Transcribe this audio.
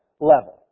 level